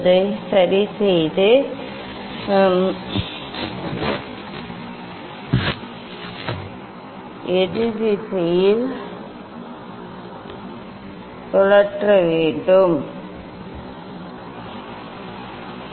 அது சரியாக நடுவில் இல்லை என்ற நீங்கள் வேண்டும் இதை நீங்கள் எதிர் திசையில் சுழற்ற வேண்டும் இது எதிர் திசையில்